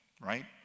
right